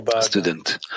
student